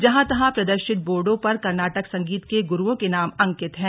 जहां तहां प्रदर्शित बोर्डों पर कर्नाटक संगीत के गुरूओं के नाम अंकित हैं